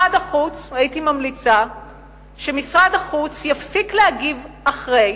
הייתי ממליצה שמשרד החוץ יפסיק להגיב אחרי,